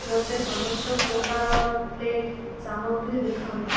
ମୋତେ ସମସ୍ତ ପ୍ରକାରର ପ୍ଲେଟ୍ ସାମଗ୍ରୀ ଦେଖାନ୍ତୁ